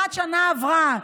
כמעט שנה עברה,